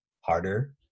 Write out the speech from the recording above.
harder